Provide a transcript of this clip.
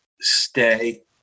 stay